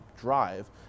drive